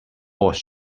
was